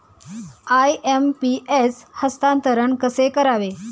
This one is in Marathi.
आय.एम.पी.एस हस्तांतरण कसे करावे?